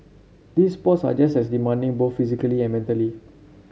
these sports are just as demanding both physically and mentally